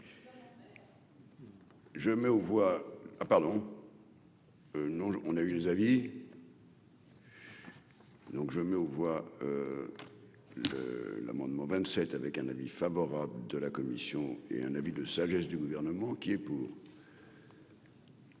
Je mets aux voix ah pardon. Nous, on a eu les avis. Donc je mets aux voix l'amendement 27 avec un avis favorable de la commission et un avis de sagesse du gouvernement qui est pour.